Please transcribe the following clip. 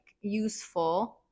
useful